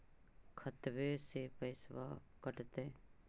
खतबे से पैसबा कटतय?